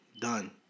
done